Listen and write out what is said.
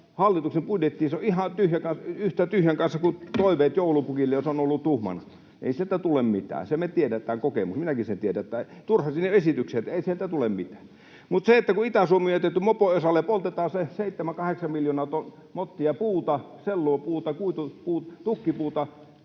hallituksen budjettiin, on ihan yhtä tyhjän kanssa, niin kuin toiveet joulupukille, jos on ollut tuhmana. Ei sieltä tule mitään, se me tiedetään kokemuksesta. Minäkin sen tiedän, että turha on esityksiä tehdä, ei sieltä tule mitään. Mutta kun Itä-Suomi on jätetty mopen osalle, poltetaan se 7—8 miljoonaa mottia puuta, sellupuuta, kuitupuuta, tukkipuuta,